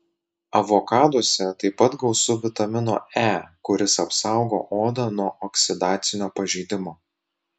avokaduose taip pat gausu vitamino e kuris apsaugo odą nuo oksidacinio pažeidimo